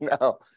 No